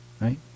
Right